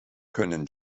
können